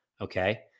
okay